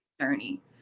journey